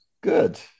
Good